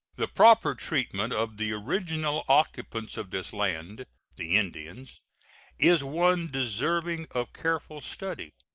the proper treatment of the original occupants of this land the indians is one deserving of careful study.